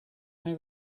how